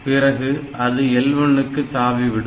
பிறகு அது L1 க்கு தாவிவிடும்